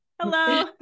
Hello